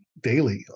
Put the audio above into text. daily